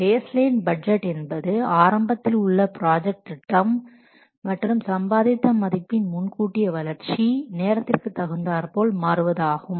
base line budget என்பது ஆரம்பத்தில் உள்ள ப்ராஜெக்ட் திட்டம் மற்றும் சம்பாதித்த மதிப்பின் முன்கூட்டிய வளர்ச்சி நேரத்திற்கு தகுந்தாற்போல் போல் மாறுவதாகும்